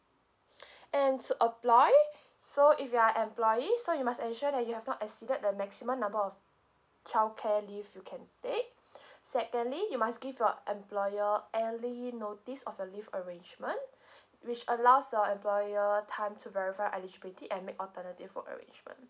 and to apply so if you are employee so you must ensure that you have not exceeded the maximum number of childcare leave you can take secondly you must give your employer early notice of your leave arrangement which allows your employer time to verify eligibility and make alternative work arrangement